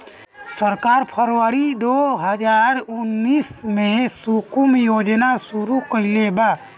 सरकार फ़रवरी दो हज़ार उन्नीस में कुसुम योजना शुरू कईलेबा